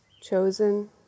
chosen